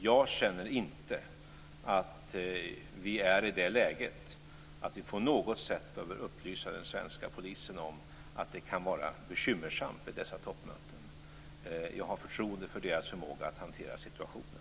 Jag känner inte att vi är i det läget att vi på något sätt behöver upplysa den svenska polisen om att det kan vara bekymmersamt vid dessa toppmöten. Jag har förtroende för dess förmåga att hantera situationen.